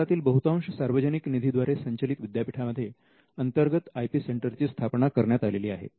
भारतातील बहुतांश सार्वजनिक निधी द्वारे संचलित विद्यापीठांमध्ये अंतर्गत आय पी सेंटरची स्थापना करण्यात आलेली आहे